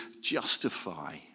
justify